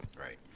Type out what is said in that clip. Right